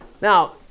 Now